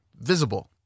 visible